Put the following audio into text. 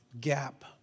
gap